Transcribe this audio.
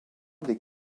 des